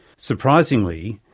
surprisingly,